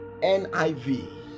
NIV